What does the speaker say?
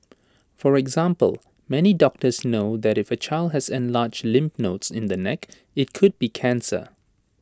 for example many doctors know that if the child has enlarged lymph nodes in the neck IT could be cancer